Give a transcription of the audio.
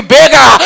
bigger